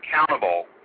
accountable